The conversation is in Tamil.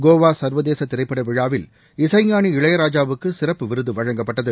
கோவாசர்வதேசதிரைப்படவிழாவில் இசைஞானி இளையராஜாவுக்குசிறப்பு விருதுவழங்கப்பட்டது